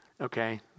Okay